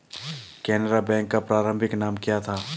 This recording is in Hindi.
केनरा बैंक का प्रारंभिक नाम क्या था?